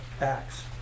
acts